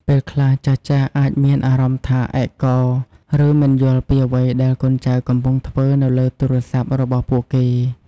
ពេលខ្លះ ចាស់ៗអាចមានអារម្មណ៍ថាឯកោ ឬមិនយល់ពីអ្វីដែលកូនចៅកំពុងធ្វើនៅលើទូរស័ព្ទរបស់ពួកគេ។